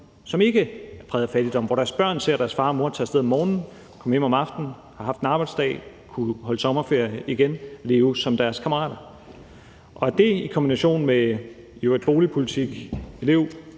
som ikke er præget af fattigdom – hvor deres børn ser deres far og mor tage af sted om morgenen og komme hjem om aftenen og have haft en arbejdsdag; hvor de kan holde sommerferie igen og leve som deres kammerater. Det i kombination med boligpolitik,